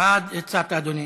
מה הצעת, אדוני?